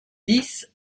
dix